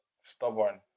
Stubborn